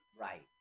right